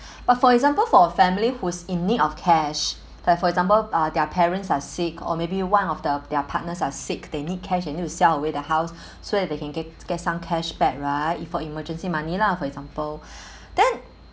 but for example for a family who is in need of cash like for example uh their parents are sick or maybe one of the their partners are sick they need cash they need to sell away the house so that they can get get some cash back right if for emergency money lah for example then